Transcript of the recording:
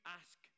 ask